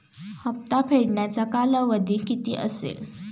हप्ता फेडण्याचा कालावधी किती असेल?